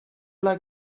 like